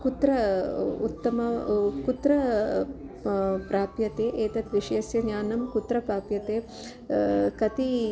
कुत्र उत्तमं कुत्र प्राप्यते एतद्विषयस्य ज्ञानं कुत्र प्राप्यते कति